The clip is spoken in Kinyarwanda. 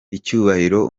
icyubahiro